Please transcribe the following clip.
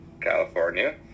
California